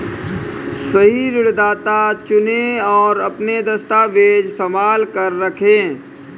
सही ऋणदाता चुनें, और अपने दस्तावेज़ संभाल कर रखें